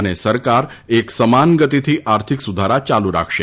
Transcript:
અને સરકાર એકસમાન ગતિથી આર્થિક સુધારા યાલુ રાખશે